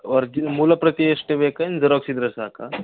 original ಮೂಲ ಪ್ರತಿ ಎಷ್ಟು ಬೇಕು ಜೆರಾಕ್ಸ್ ಇದ್ದರೆ ಸಾಕಾ